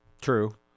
True